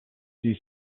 see